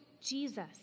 Jesus